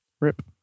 Rip